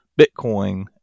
Bitcoin